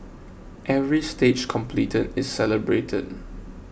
every stage completed is celebrated